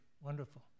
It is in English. Wonderful